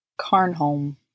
Carnholm